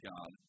God